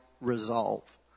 resolve